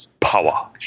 Power